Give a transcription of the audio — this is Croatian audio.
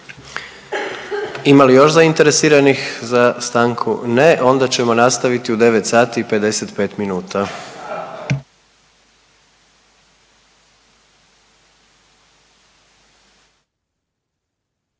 Ima li još zainteresiranih za stanku? Ne. Onda ćemo nastaviti u 9